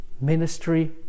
ministry